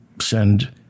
send